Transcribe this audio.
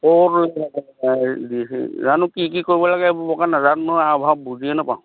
ক'ত যাব লাগিব হেৰি ডি চি জানো কি কি কৰিব লাগে এইবোৰ বৰকৈ নোজানো নহয় আও ভাও বুজিয়ে নেপাওঁ